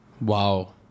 Wow